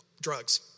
drugs